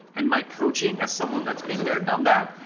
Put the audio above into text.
and my coaching, as someone that's been there done that,